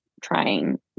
trying